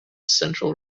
central